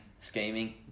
scheming